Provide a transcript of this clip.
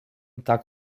tak